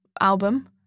album